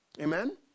Amen